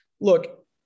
Look